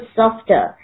softer